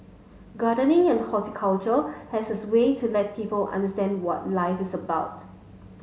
gardening and horticulture has a way to let people understand what life is about